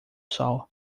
sol